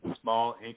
small